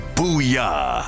Booyah